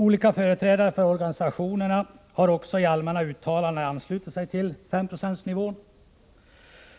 Olika företrädare för organisationerna har också i allmänna uttalanden anslutit sig till S-procentsnivån,